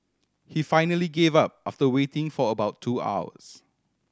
he finally gave up after waiting for about two hours